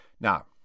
Now